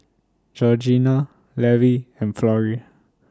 Georgianna Levi and Florrie